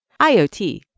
IOT